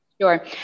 Sure